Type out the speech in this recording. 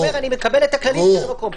הוא אומר שהוא מקבל את הכללים של המקום.